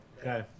okay